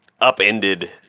upended